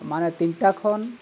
ᱢᱟᱱᱮ ᱛᱤᱱᱴᱟ ᱠᱷᱚᱱ